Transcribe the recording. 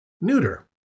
neuter